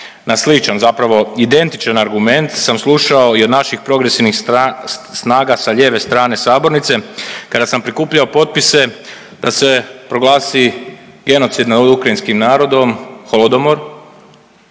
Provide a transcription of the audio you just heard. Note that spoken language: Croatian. Na sličan, zapravo identičan argument sam slušao i od naših progresivnih snaga sa lijeve strane sabornice kada sam prikupljao potpise da se proglasi genocid nad ukrajinskim narodom Holodomor